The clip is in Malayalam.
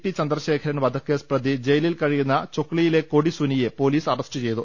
പി ചന്ദ്രശേഖരൻ വധക്കേസ് പ്രതി ജയിലിൽ കഴിയുന്ന ചൊക്ലിയിലെ കൊടി സുനിയെ പൊലീസ് അറസ്റ്റ് ചെയ്തു